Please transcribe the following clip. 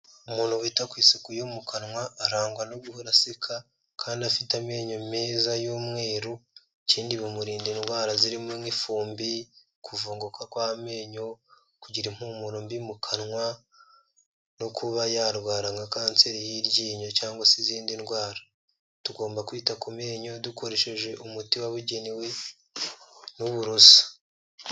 Umuntu wita ku isuku yo mu kanwa arangwa no guhora aseka kandi afite amenyo meza y'umweru, ikindi bimurinda indwara zirimo nk'ifumbi, kuvunguka kw'amenyo kugira impumuro mbi mu kanwa no kuba yarwara nka kanseri y'iryinyo cyangwa se izindi ndwara. Tugomba kwita ku menyo dukoresheje umuti wabugenewe n'uburoso.